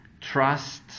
trust